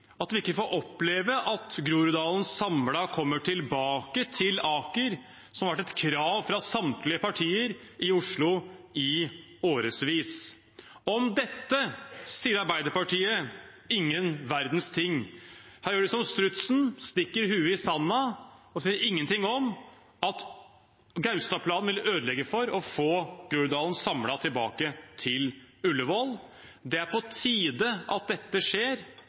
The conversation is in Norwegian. at vi ikke får oppleve at Groruddalen samlet kommer tilbake til Aker, som har vært et krav fra samtlige partier i Oslo i årevis. Om dette sier Arbeiderpartiet ingen verdens ting. Her gjør de som strutsen, stikker hodet i sanden og sier ingenting om at Gaustad-planen vil ødelegge for å få Groruddalen samlet tilbake til Aker. Det er på tide at dette skjer.